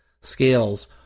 scales